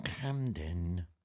camden